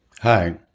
Hi